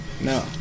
No